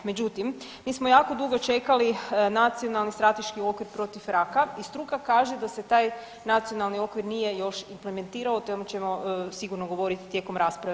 Međutim, mi smo jako dugo čekali Nacionalni strateški okvir protiv raka i struka kaže da se taj nacionalni okvir nije još implementirao te ćemo sigurno govoriti tijekom rasprave.